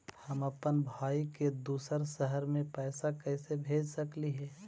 हम अप्पन भाई के दूसर शहर में पैसा कैसे भेज सकली हे?